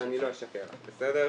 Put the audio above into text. זה אפילו לא עשירית מתקציב.